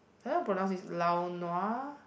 I don't know how pronounce this lao nua